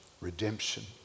redemption